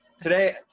Today